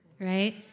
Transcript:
right